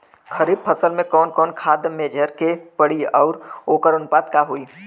खरीफ फसल में कवन कवन खाद्य मेझर के पड़ी अउर वोकर अनुपात का होई?